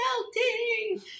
melting